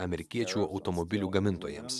amerikiečių automobilių gamintojams